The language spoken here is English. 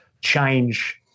change